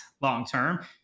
long-term